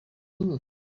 too